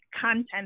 content